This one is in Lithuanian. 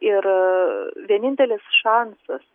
ir vienintelis šansas